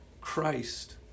Christ